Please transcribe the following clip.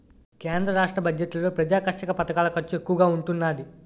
కేంద్ర రాష్ట్ర బడ్జెట్లలో ప్రజాకర్షక పధకాల ఖర్చు ఎక్కువగా ఉంటున్నాది